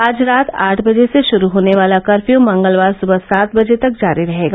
आज रात आठ बजे से शुरू होने वाला कर्फ़यू मंगलवार सुबह सात बजे तक जारी रहेगा